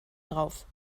drauf